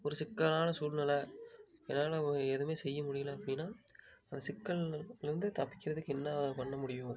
ஒரு சிக்கலான சூழ்நில என்னால் எதுவுமே செய்ய முடியல அப்படினா சிக்கல்ல இருந்து தப்பிக்கிறதுக்கு என்ன பண்ண முடியும்